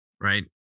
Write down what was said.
right